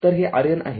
तर हे RN आहे